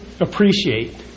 appreciate